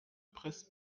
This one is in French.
presse